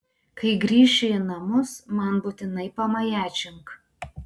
kai grįši į namus man būtinai pamajačink